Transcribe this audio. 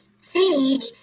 Sage